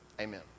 Amen